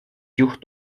juht